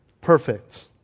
perfect